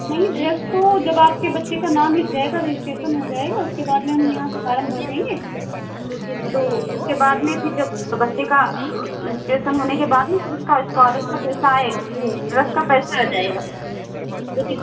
नहीं ड्रेस तो जब आपके बच्चे का नाम लिख जाएगा रजिस्ट्रेसन हो जाएगा उसके बाद में हम यहाँ फारम भर देंगे तो उसके बाद में फिर जब बच्चे का टेसन होने के बाद में उसका स्कालर का पैसा आए ड्रेस का पैसा आ जाएगा लेकिन